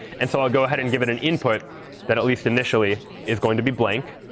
and so i'll go ahead and give it an input that, at least initially, is going to be blank.